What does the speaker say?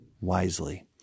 wisely